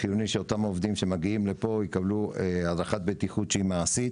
זה חיוני שאותם עובדים שמגיעים לפה יקבלו הדרכת בטיחות שהיא מעשית,